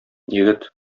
егет